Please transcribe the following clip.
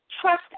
trust